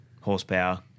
horsepower